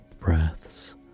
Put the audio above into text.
breaths